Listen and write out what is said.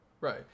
Right